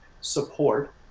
support